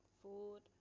food